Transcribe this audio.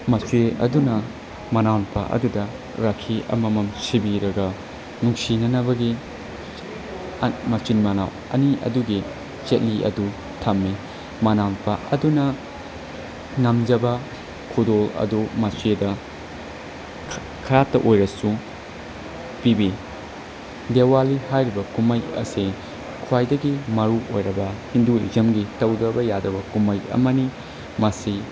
ꯃꯆꯦ ꯑꯗꯨꯅ ꯃꯅꯥꯎꯅꯨꯄꯥ ꯑꯗꯨꯗ ꯔꯥꯛꯈꯤ ꯑꯃꯃꯝ ꯁꯤꯕꯤꯔꯒ ꯅꯨꯡꯁꯤꯅꯅꯕꯒꯤ ꯃꯆꯤꯟ ꯃꯅꯥꯎ ꯑꯅꯤ ꯑꯗꯨꯒꯤ ꯆꯦꯠꯂꯤ ꯑꯗꯨ ꯊꯝꯃꯤ ꯃꯅꯥꯎꯅꯨꯄꯥ ꯑꯗꯨꯅ ꯉꯝꯖꯕ ꯈꯨꯗꯣꯜ ꯑꯗꯨ ꯃꯆꯦꯗ ꯈꯔꯇ ꯑꯣꯏꯔꯁꯨ ꯄꯤꯕꯤ ꯗꯦꯋꯥꯂꯤ ꯍꯥꯏꯔꯤꯕ ꯀꯨꯝꯍꯩ ꯑꯁꯦ ꯈ꯭ꯋꯥꯏꯗꯒꯤ ꯃꯔꯨꯑꯣꯏꯔꯕ ꯍꯤꯟꯗꯨꯏꯖꯝꯒꯤ ꯇꯧꯗꯕ ꯌꯥꯗꯕ ꯀꯨꯝꯍꯩ ꯑꯃꯅꯤ ꯃꯁꯤ